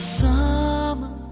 summer